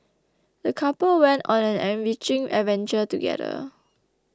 the couple went on an enriching adventure together